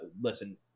listen